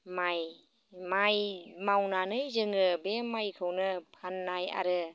माइ माइ मावनानै जोङो बे माइखौनो फाननाय आरो